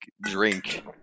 drink